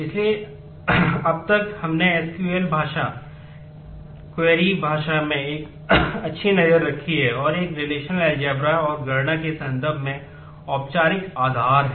इसलिए अब तक हमने स्क्यूल और गणना के संदर्भ में औपचारिक आधार है